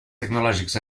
tecnològics